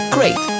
Great